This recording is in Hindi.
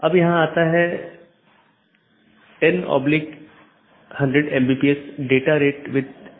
हमारे पास EBGP बाहरी BGP है जो कि ASes के बीच संचार करने के लिए इस्तेमाल करते हैं औरबी दूसरा IBGP जो कि AS के अन्दर संवाद करने के लिए है